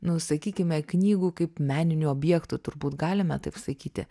nu sakykime knygų kaip meninių objektų turbūt galime taip sakyti